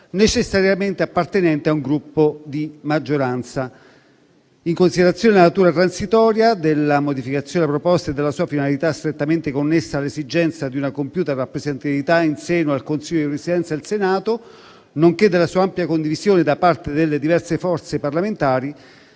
necessariamente appartenente a un Gruppo di maggioranza. In considerazione della natura transitoria della modificazione proposta e della sua finalità strettamente connessa alle esigenze di una compiuta rappresentatività in seno al Consiglio di Presidenza del Senato, nonché della sua ampia condivisione da parte delle diverse forze parlamentari,